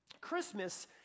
Christmas